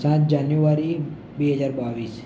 સાત જાન્યુઆરી બે હજાર બાવીસ